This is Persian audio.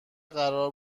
قرار